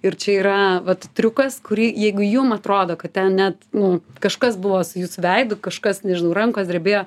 ir čia yra vat triukas kurį jeigu jum atrodo kad ten net nu kažkas buvo su jūsų veidu kažkas nežinau rankos drebėjo